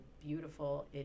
beautiful